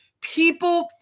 People